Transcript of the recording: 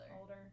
Older